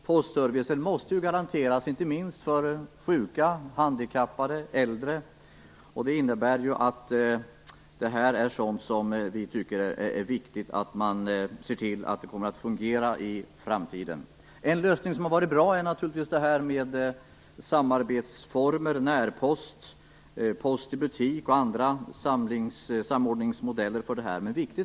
Postservicen måste garanteras, inte minst för sjuka, handikappade och äldre, och det är viktigt att man ser till att detta fungerar i framtiden. Något som varit bra har varit samordningsformer som bl.a. närpost och post i butik.